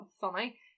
funny